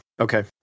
okay